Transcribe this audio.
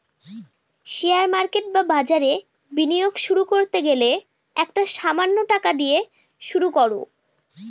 share market বা বাজারে বিনিয়োগ শুরু করতে গেলে একটা সামান্য টাকা দিয়ে শুরু করো